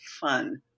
fun